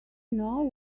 know